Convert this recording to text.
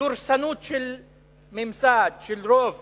דורסנות של ממסד, של רוב